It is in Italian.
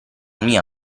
mia